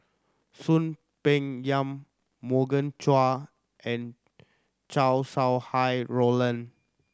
Soon Peng Yam Morgan Chua and Chow Sau Hai Roland